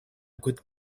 good